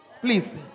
Please